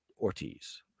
Ortiz